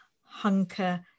hunker